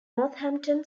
northampton